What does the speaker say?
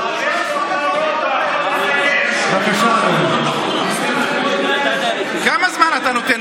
בבקשה, חבר הכנסת